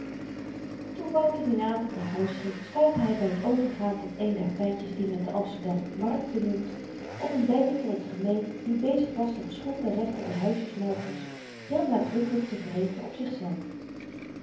toen wouter dien avend naar huis ging stuitte hy by t overgaan van een der pleintjes die men te amsterdam markten noemt op n bende van t gemeen die bezig was de geschonden rechten der huisjesmelkers heel nadrukkelyk te wreken op zichzelf